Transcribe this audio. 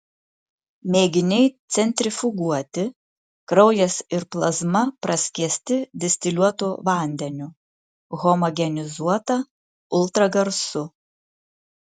mėginiai centrifuguoti kraujas ir plazma praskiesti distiliuotu vandeniu homogenizuota ultragarsu